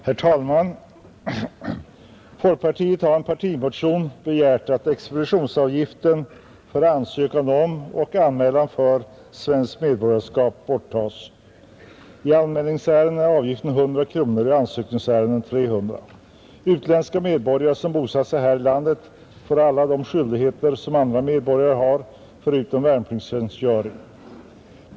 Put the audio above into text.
Herr talman! Folkpartiet har i en partimotion begärt att expeditionsavgiften för ansökan om och anmälan för svenskt medborgarskap borttas. I anmälningsärenden är avgiften 100 kronor och i ansökningsärenden 300 kronor, Utländska medborgare, som bosatt sig här i landet, får alla de skyldigheter som andra medborgare har, förutom värnpliktstjänstgöring.